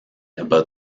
about